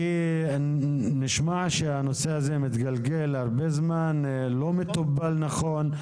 נשמע שהנושא הזה מתגלגל הרבה זמן, לא מטופל נכון,